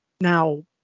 Now